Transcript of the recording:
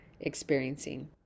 experiencing